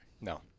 No